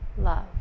love